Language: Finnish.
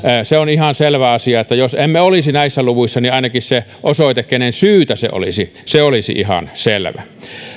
se on ihan selvä asia että jos emme olisi näissä luvuissa niin ainakin se osoite kenen syytä se olisi olisi ihan selvä